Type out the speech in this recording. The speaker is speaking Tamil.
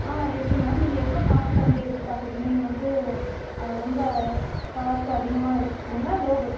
ஆ இருக்குது மேம் நீங்கள் எவ்வளோ காஸ்ட்டில் வந்து எதிர்பார்க்கறிங்க நீங்கள் வந்து ரொம்ப காஸ்ட்டு அதிகமாக எதிர்பார்க்கறிங்களா லோ பட்ஜெட்